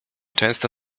często